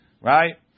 Right